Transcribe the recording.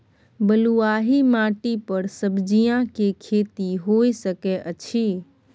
बलुआही माटी पर सब्जियां के खेती होय सकै अछि?